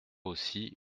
aussi